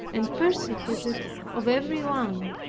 and persecuted of everyone.